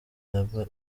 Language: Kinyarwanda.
iyaba